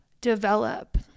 develop